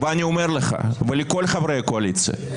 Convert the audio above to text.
ואני אומר לך ולכל חברי הקואליציה,